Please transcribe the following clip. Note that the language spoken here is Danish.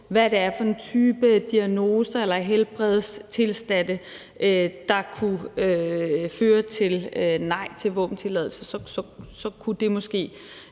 hvad det er for en type diagnoser eller helbredstilstande, der kunne føre til et nej til en våbentilladelse, kunne det måske